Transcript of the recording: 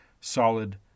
solid